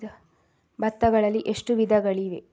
ಭತ್ತಗಳಲ್ಲಿ ಎಷ್ಟು ವಿಧಗಳಿವೆ?